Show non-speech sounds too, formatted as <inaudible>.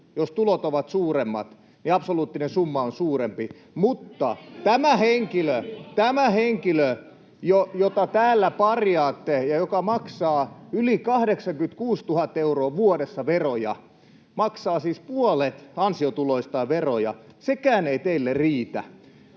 jos tulot ovat suuremmat, niin absoluuttinen summa on suurempi, <noise> mutta tämä henkilö, jota täällä parjaatte ja joka maksaa yli 86 000 euroa vuodessa veroja, maksaa siis puolet ansiotuloistaan veroja — sekään ei teille riitä.